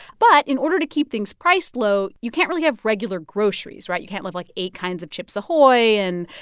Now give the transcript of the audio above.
but in order to keep things priced low, you can't really have regular groceries, right? you can't have, like, eight kinds of chips ahoy! and,